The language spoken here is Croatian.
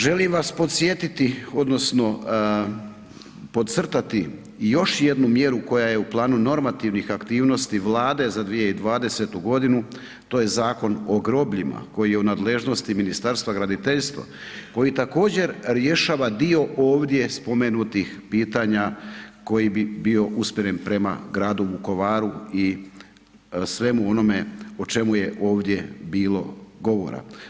Želim vas podsjetiti odnosno podcrtati još jednu mjeru koja je u planu normativnih aktivnosti Vlade za 2020. godinu, to je Zakon o grobljima koji je u nadležnosti Ministarstva graditeljstva, koji također rješava dio ovdje spomenutih pitanja koji bi bio usmjeren prema gradu Vukovaru i svemu onome o čemu je ovdje bilo govora.